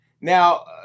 Now